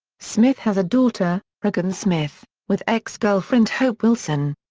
smith has a daughter, rheagen smith, with ex-girlfriend hope wilson.